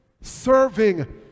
serving